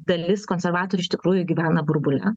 dalis konservatorių iš tikrųjų gyvena burbule